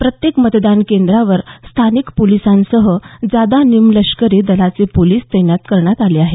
प्रत्येक मतदान केंद्रावर स्थानिक पोलिसांसह जादा निमलष्करी दलाचे पोलिस तैनात करण्यात आले आहेत